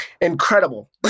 incredible